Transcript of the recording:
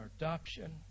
adoption